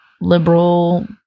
liberal